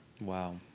Wow